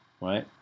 Right